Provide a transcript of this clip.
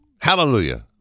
Hallelujah